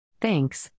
Thanks